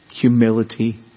humility